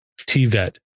TVET